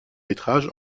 métrage